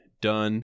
done